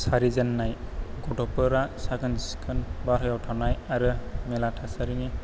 सारिजेननाय गथ'फोरा साखोन सिखोन बायह्रायाव थानाय आरो मेरला थासारिनि